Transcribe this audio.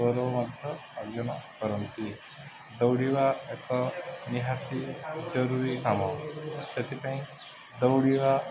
ଗୌରବ ମଧ୍ୟ ଆୟୋଜନ କରନ୍ତି ଦୌଡ଼ିବା ଏକ ନିହାତି ଜରୁରୀ କାମ ସେଥିପାଇଁ ଦୌଡ଼ିବା